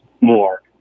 more